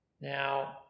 Now